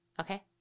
okay